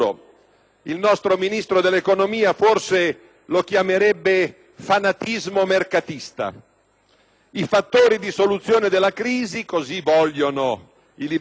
i fattori di soluzione della crisi - così vogliono i liberisti puri - saranno prodotti dalla recessione stessa e nella recessione stessa.